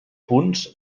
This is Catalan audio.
punts